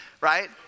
right